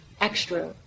extra